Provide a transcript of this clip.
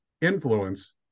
influence